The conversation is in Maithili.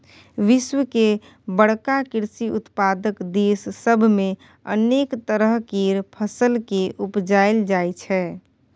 विश्व के बड़का कृषि उत्पादक देस सब मे अनेक तरह केर फसल केँ उपजाएल जाइ छै